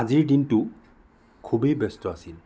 আজিৰ দিনটো খুবেই ব্যস্ত আছিল